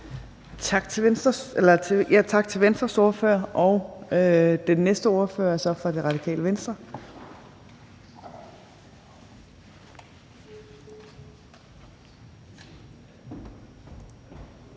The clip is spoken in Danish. Tak til Venstres ordfører. Den næste ordfører er så fra Radikale Venstre.